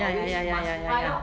ya ya ya ya ya ya ya